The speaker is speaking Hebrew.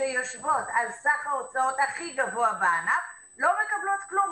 שיושבות על סך ההוצאות הכי גבוה בענף לא מקבלות כלום,